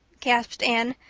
gasped anne.